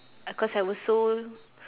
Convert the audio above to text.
uh cause I was so